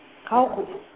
how could